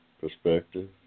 perspective